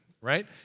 right